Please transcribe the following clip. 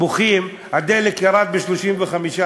בוכים שמחיר הדלק ירד ב-35%,